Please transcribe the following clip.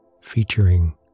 featuring